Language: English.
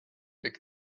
big